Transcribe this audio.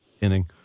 inning